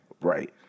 Right